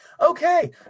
Okay